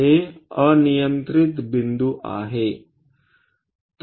हे अनियंत्रित बिंदू आहेत